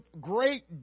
great